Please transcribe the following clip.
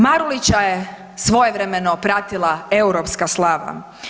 Marulića je svojevremeno pratila europska slava.